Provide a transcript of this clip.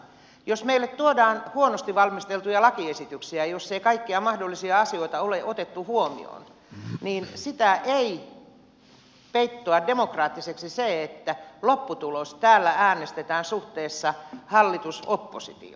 jos meille tuodaan huonosti valmisteltuja lakiesityksiä joissa ei kaikkia mahdollisia asioita ole otettu huomioon niin sitä ei peittoa demokraattiseksi se että lopputulos täällä äänestetään suhteessa hallitusoppositio